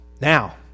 now